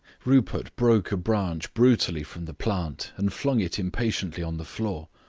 rupert broke a branch brutally from the plant and flung it impatiently on the floor.